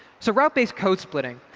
so, route-based code-splitting.